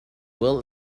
will